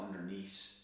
underneath